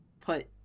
put